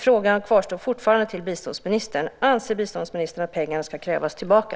Frågan till biståndsministern är alltså fortfarande: Anser biståndsministern att pengarna ska krävas tillbaka?